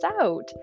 out